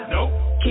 Nope